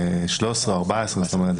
מ-2013 או 2014. זאת אומרת,